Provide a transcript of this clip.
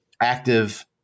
active